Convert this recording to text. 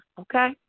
okay